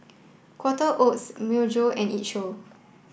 Quaker Oats Myojo and it Show